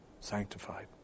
sanctified